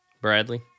Bradley